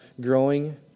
growing